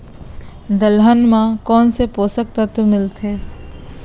दलहन म कोन से पोसक तत्व मिलथे?